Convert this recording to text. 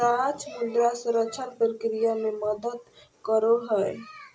गाछ मृदा संरक्षण प्रक्रिया मे मदद करो हय